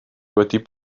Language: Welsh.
wedi